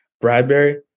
Bradbury